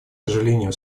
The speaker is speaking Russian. сожалением